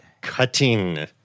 Cutting